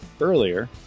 earlier